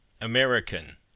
American